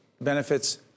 benefits